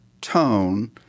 tone